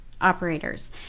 operators